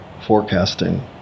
forecasting